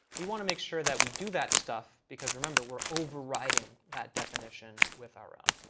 we want to make sure that we do that stuff because remember, we're overriding that definition with our own.